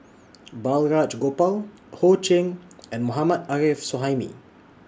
Balraj Gopal Ho Ching and Mohammad Arif Suhaimi